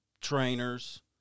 trainers